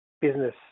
business